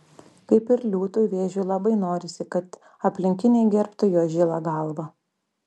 kaip ir liūtui vėžiui labai norisi kad aplinkiniai gerbtų jo žilą galvą